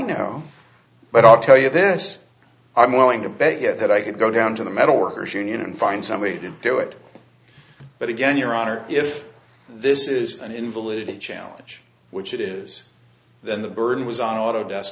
know but i'll tell you this i'm willing to bet yet that i could go down to the metal workers union and find somebody to do it but again your honor if this is an invalid challenge which it is then the burden was on autodesk